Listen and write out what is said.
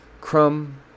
Crumb